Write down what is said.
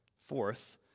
fourth